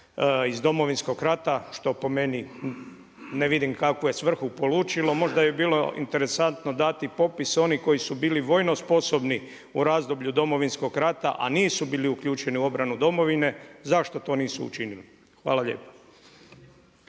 iz Domovinskog rata, što po meni ne vidim kakvu je svrhu polučilo, možda bi bilo interesantno dati popis onih koji su bili vojno sposobni u razdoblju Domovinskog rata a nisu bili uključeni u obranu domovine, zašto to nisu učinili. Hvala lijepo.